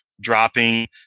dropping